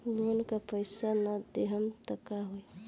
Loan का पैस न देहम त का होई?